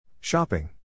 Shopping